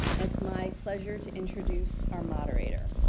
it's my pleasure to introduce our moderator.